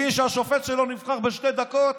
מבין שהשופט שלו נבחר בשתי דקות,